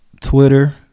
Twitter